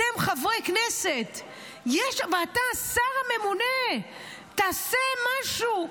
אתם חברי כנסת, ואתה השר הממונה, תעשה משהו,